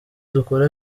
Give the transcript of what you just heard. dukora